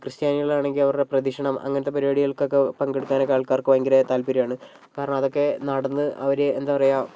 ക്രിസ്ത്യാനികളാണെങ്കിൽ അവരുടെ പ്രദക്ഷിണം അങ്ങനത്തേ പരിപാടികൾക്കൊക്കേ പങ്കെടുക്കാനൊക്കേ ആൾക്കാർക്ക് ഭയങ്കര താത്പര്യമാണ് കാരണം അതൊക്കേ നടന്ന് ആ ഒരു എന്താ പറയുക